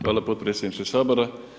Hvala potpredsjedniče Sabora.